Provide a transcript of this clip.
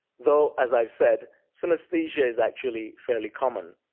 though, as i've said, synesthesia is actually fairly common.